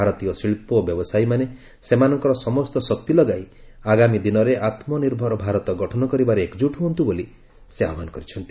ଭାରତୀୟ ଶିଳ୍ପ ଓ ବ୍ୟବସାୟୀମାନେ ସେମାନଙ୍କର ସମସ୍ତ ଶକ୍ତି ଲଗାଇ ଆଗାମୀ ଦିନରେ ଆତ୍କନିର୍ଭର ଭାରତ ଗଠନ କରିବାରେ ଏକକ୍କୁଟ୍ ହୁଅନ୍ତୁ ବୋଲି ସେ ଆହ୍ୱାନ କରିଛନ୍ତି